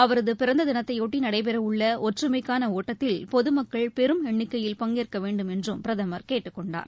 அவரதுபிறந்ததினத்தையொட்டிநடைபெறவுள்ளஒற்றுமைக்கானஒட்டத்தில் பொதமக்கள் பெரும் எண்ணிக்கையில் பங்கேற்கவேண்டும் என்றும் பிரதமர் கேட்டுக் கொண்டார்